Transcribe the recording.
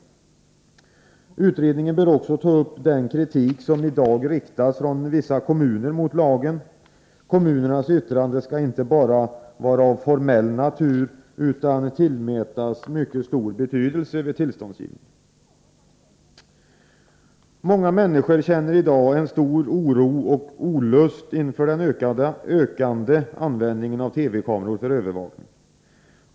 Utredningen bör också ta upp den kritik som vissa kommuner i dag riktar mot lagen. Kommunernas yttranden skall inte bara vara av formell natur, utan tillmätas mycket stor betydelse vid tillståndsgivningen. Många människor känner i dag en stor oro och olust inför den ökande användningen av TV-kameror för övervakning.